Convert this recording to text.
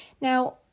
Now